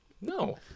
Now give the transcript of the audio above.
No